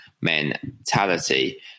mentality